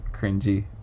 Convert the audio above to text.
cringy